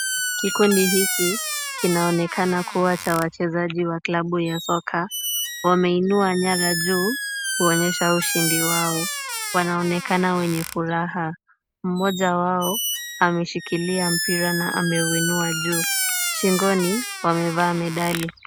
Kikundi hiki kinaonekana kuwa cha wachezaji wa klabu ya soka. Wameinua nyara juu kuonyesha ushindi wao. Wanaonekana wenye furaha. Mmoja wao ameshikilia mpira na ameuinua juu. Shingoni wamevaa medali.